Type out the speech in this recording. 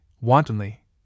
wantonly